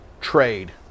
trade